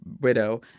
widow